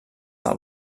del